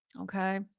Okay